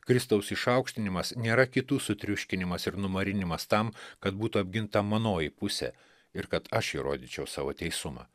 kristaus išaukštinimas nėra kitų sutriuškinimas ir numarinimas tam kad būtų apginta manoji pusė ir kad aš įrodyčiau savo teisumą